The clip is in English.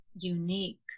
Unique